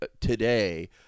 today